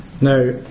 Now